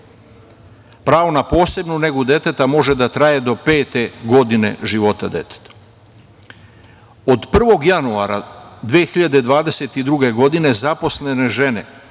Pravo na posebnu negu deteta može da traje do pete godine života deteta. Od 1. januara 2022. godine zaposlene žene,